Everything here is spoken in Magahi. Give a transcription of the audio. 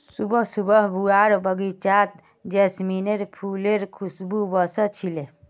सुबह सुबह बुआर बगीचात जैस्मीनेर फुलेर खुशबू व स छिले